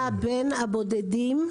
האכיפה המנהלית עדיין בתוקף.